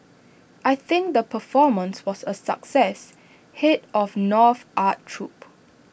I think the performance was A success Head of North's art troupe